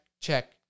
check